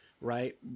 right